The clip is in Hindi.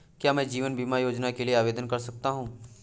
क्या मैं जीवन बीमा योजना के लिए आवेदन कर सकता हूँ?